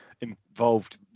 involved